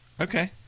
Okay